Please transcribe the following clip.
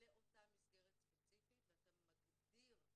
לאותה מסגרת ספציפית ואתה מגדיר,